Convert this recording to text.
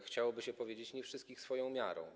Chciałoby się powiedzieć: nie wszystkich swoją miarą.